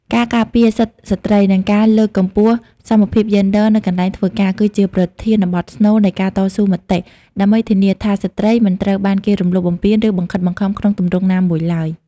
ការការពារសិទ្ធិស្ត្រី និងការលើកកម្ពស់សមភាពយេនឌ័រនៅកន្លែងធ្វើការ គឺជាប្រធានបទស្នូលនៃការតស៊ូមតិ ដើម្បីធានាថាស្រ្តីមិនត្រូវបានគេរំលោភបំពាន ឬបង្ខិតបង្ខំក្នុងទម្រង់ណាមួយឡើយ។